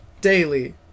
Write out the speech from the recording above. Daily